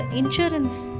insurance